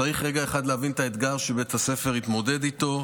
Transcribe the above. צריך רגע אחד להבין את האתגר שבית הספר התמודד איתו.